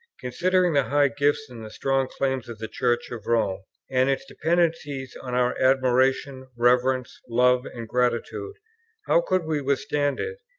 considering the high gifts and the strong claims of the church of rome and its dependencies on our admiration, reverence, love, and gratitude how could we withstand it,